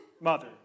mother